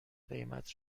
قیمت